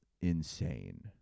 insane